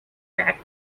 tract